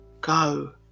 go